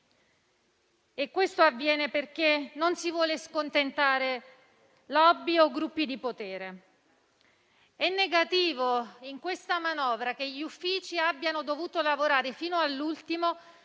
Questo avviene perché non si vogliono scontentare *lobby* o gruppi di potere. È negativo in questa manovra che gli uffici abbiano dovuto lavorare fino all'ultimo